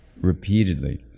repeatedly